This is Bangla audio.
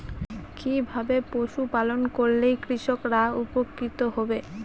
কিভাবে পশু পালন করলেই কৃষকরা উপকৃত হবে?